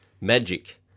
Magic